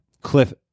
Cliff